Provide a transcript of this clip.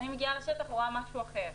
אני מגיעה לשטח ורואה משהו אחר.